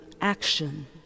action